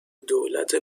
دولت